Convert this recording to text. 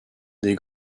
des